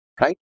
Right